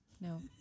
No